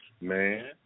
Man